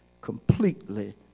completely